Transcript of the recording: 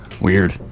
Weird